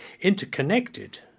interconnected